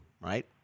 right